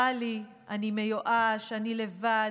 רע לי, אני מיואש, אני לבד,